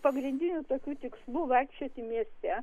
pagrindinių tokių tikslų vaikščioti mieste